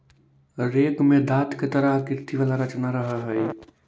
rake में दाँत के तरह आकृति वाला रचना रहऽ हई